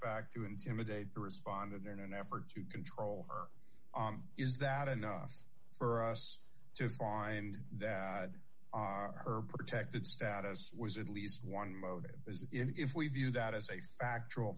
fact to intimidate the respondent in an effort to control or is that enough for us to find that her protected status was at least one motive is if we view that as a factual